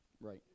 right